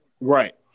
Right